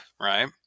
right